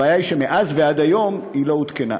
הבעיה היא שמאז ועד היום היא לא עודכנה.